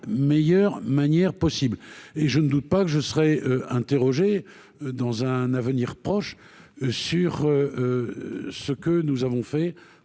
meilleure manière possible et je ne doute pas que je serais interrogé dans un avenir proche, sur ce que nous avons fait